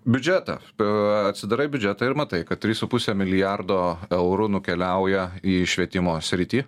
biudžetą atsidarai biudžetą ir matai kad trys su puse milijardo eurų nukeliauja į švietimo sritį